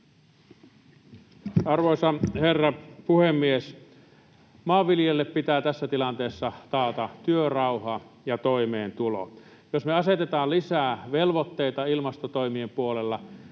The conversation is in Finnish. Arvoisa herra puhemies! Maanviljelijöille pitää tässä tilanteessa taata työrauha ja toimeentulo. Jos me asetetaan lisää velvoitteita ilmastotoimien puolella,